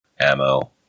ammo